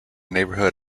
neighborhood